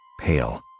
pale